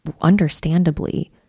understandably